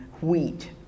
Wheat